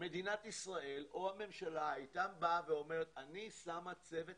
מדינת ישראל או הממשלה הייתה באה ואומרת: אני שמה צוות